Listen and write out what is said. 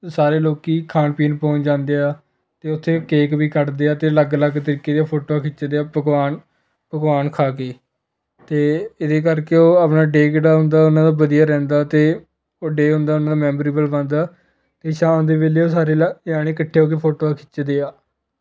ਸਾਰੇ ਲੋਕ ਖਾਣ ਪੀਣ ਪਹੁੰਚ ਜਾਂਦੇ ਆ ਅਤੇ ਉੱਥੇ ਕੇਕ ਵੀ ਕੱਟਦੇ ਆ ਅਤੇ ਅਲੱਗ ਅਲੱਗ ਤਰੀਕੇ ਦੀਆਂ ਫੋਟੋਆਂ ਖਿੱਚਦੇ ਆ ਪਕਵਾਨ ਪਕਵਾਨ ਖਾ ਕੇ ਅਤੇ ਇਹਦੇ ਕਰਕੇ ਉਹ ਆਪਣਾ ਡੇ ਕਿਹੜਾ ਹੁੰਦਾ ਉਹਨਾਂ ਦਾ ਵਧੀਆ ਰਹਿੰਦਾ ਅਤੇ ਉਹ ਡੇ ਹੁੰਦਾ ਉਹਨਾਂ ਦਾ ਮੈਬਰਏਬਲ ਬਣਦਾ ਅਤੇ ਸ਼ਾਮ ਦੇ ਵੇਲੇ ਉਹ ਸਾਰੇ ਲ ਜਾਣੇ ਇਕੱਠੇ ਹੋ ਕੇ ਫੋਟੋਆਂ ਖਿੱਚਦੇ ਆ